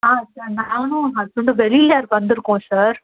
ஆ sir நானும் ஹஸ்பண்டும் வெளியில் வந்துயிருக்கோம் சார்